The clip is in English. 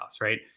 Right